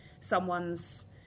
someone's